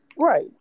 Right